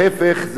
ההיפך,